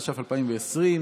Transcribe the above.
התש"ף 2020,